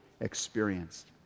experienced